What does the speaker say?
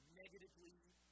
negatively